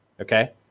Okay